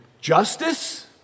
Justice